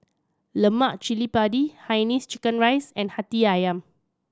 lemak cili padi hainanese chicken rice and Hati Ayam